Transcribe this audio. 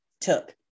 took